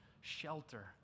shelter